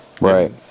right